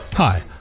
Hi